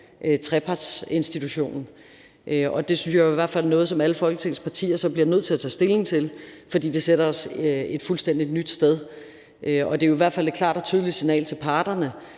trepartsinstitutionen. Det synes jeg i hvert fald er noget, som alle Folketingets partier så bliver nødt til at tage stilling til, fordi det bringer os et fuldstændig nyt sted hen. Det er i hvert fald et klart og tydeligt signal til parterne